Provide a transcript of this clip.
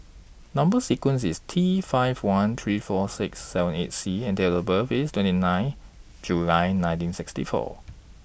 Number sequence IS T five one three four six seven eight C and Date of birth IS twenty nine July nineteen sixty four